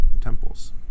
temples